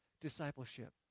discipleship